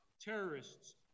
terrorists